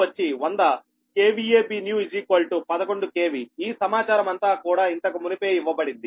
Bnew 11 KV ఈ సమాచారం అంతా కూడా ఇంతకుమునుపే ఇవ్వబడింది